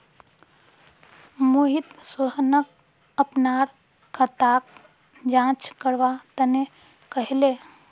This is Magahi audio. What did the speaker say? मोहित सोहनक अपनार खाताक जांच करवा तने कहले